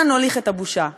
אנה נוליך את הבושה.